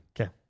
Okay